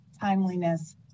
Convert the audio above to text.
timeliness